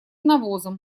навозом